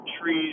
trees